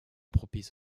propice